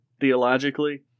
theologically